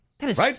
Right